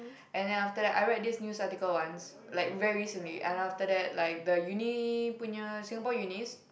and then after that I read this news article once like very recently and after that like the Uni punya Singapore Unis